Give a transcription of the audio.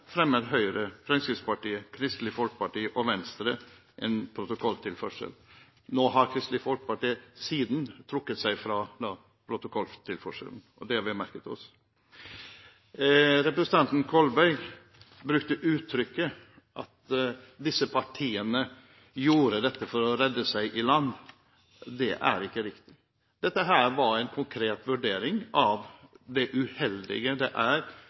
fremmer Høyre, Fremskrittspartiet, Kristelig Folkeparti og Venstre en protokolltilførsel. Kristelig Folkeparti har nå trukket seg fra protokolltilførselen, og det har vi merket oss. Representanten Kolberg uttrykte at disse partiene gjorde dette for å redde seg i land. Det er ikke riktig. Dette var en konkret vurdering av det uheldige det er